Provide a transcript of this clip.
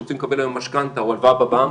שרוצים לקבל היום משכנתא או הלוואה בבנק,